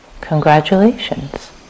Congratulations